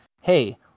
Hey